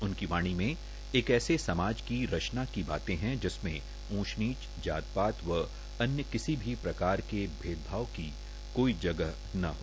उनक भाषा म एक ऐसे समाज कर रचना क बातेहै जिसम उंच नीच जात पात व अ य कसी भी कार के भेदभाव क कोई जगह न हो